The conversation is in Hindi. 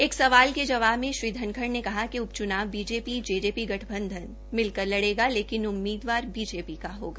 एक सवाल के जवाब में ओमप्रकाश धनखड़ ने कहा कि उपच्नाव बीजेपी जेजेपी गठबंधन मिलकर लड़ेगा लेकिन उम्मीदवार भाजपा का होगा